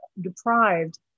deprived